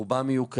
רובם יהיו קלים,